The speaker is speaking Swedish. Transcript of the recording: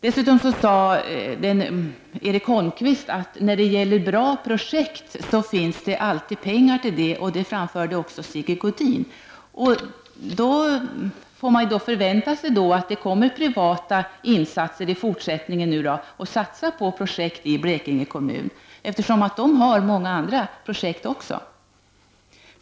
Dessutom sade Erik Holmkvist att det alltid finns pengar till bra projekt. Det framfördes även från Sigge Godin. Man förväntar sig då att det kommer att ske privata insatser i fortsättningen i Blekinge kommun.